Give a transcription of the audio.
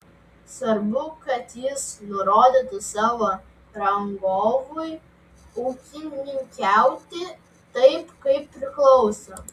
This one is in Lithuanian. svarbu kad jis nurodytų savo rangovui ūkininkauti taip kaip priklauso